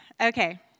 Okay